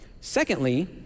Secondly